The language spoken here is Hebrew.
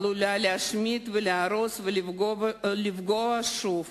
העלולה להשמיד ולהרוס ולפגוע שוב.